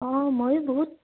অঁ ময়ো বহুত